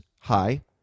hi